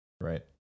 right